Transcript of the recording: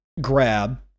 grab